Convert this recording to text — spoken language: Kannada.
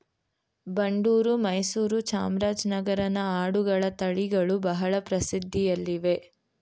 ಬಂಡೂರು, ಮೈಸೂರು, ಚಾಮರಾಜನಗರನ ಆಡುಗಳ ತಳಿಗಳು ಬಹಳ ಪ್ರಸಿದ್ಧಿಯಲ್ಲಿವೆ